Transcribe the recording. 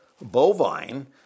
bovine